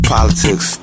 Politics